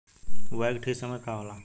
बुआई के ठीक समय का होला?